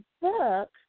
book